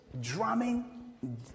drumming